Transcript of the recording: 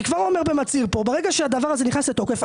אם הדבר הזה נכנס לתוקף,